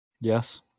Yes